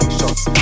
shots